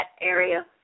area